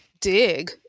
dig